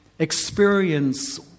experience